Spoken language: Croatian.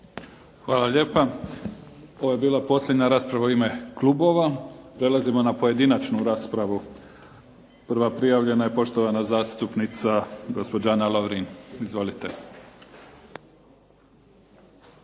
Hvala lijepa. Ovo je bila posljednja raspravu u ime klubova. Prelazimo na pojedinačnu raspravu. Prva prijavljena je poštovana zastupnica gospođa Ana Lovrin. Izvolite.